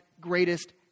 greatest